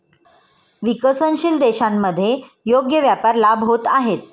विकसनशील देशांमध्ये योग्य व्यापार लाभ होत आहेत